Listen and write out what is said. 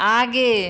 आगे